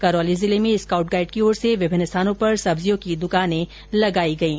करौली जिले में scout guide की ओर से विभिन्न स्थानों पर सब्जियों की दुकानें लगायी गयी